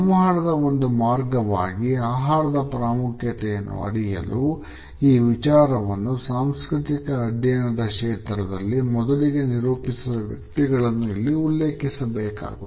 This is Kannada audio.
ಸಂವಹನದ ಒಂದು ಮಾರ್ಗವಾಗಿ ಆಹಾರದ ಪ್ರಾಮುಖ್ಯತೆಯನ್ನು ಅರಿಯಲು ಈ ವಿಚಾರವನ್ನು ಸಾಂಸ್ಕೃತಿಕ ಅಧ್ಯಯನದ ಕ್ಷೇತ್ರದಲ್ಲಿ ಮೊದಲಿಗೆ ನಿರೂಪಿಸಿದ ವ್ಯಕ್ತಿಗಳನ್ನು ಇಲ್ಲಿ ಉಲ್ಲೇಖಿಸಬೇಕಾಗುತ್ತದೆ